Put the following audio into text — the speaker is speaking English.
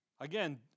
Again